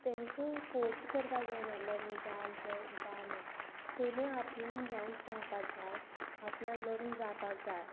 तांकां फोर्स करपाक जायना लग्न जा लग्न जा म्हूण तेमी आपूण जावन सांगपा जाय आपणा लग्न जावपा जाय